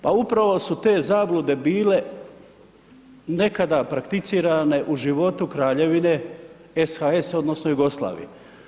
Pa upravo su te zablude bile nekada prakticirane u životu Kraljevine SHS odnosno Jugoslavije.